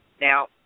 Now